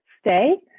stay